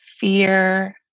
fear